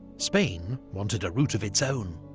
spain wanted a route of its own.